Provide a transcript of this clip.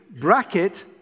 bracket